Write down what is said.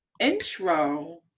intro